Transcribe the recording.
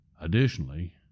Additionally